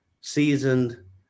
seasoned